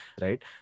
right